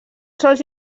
sols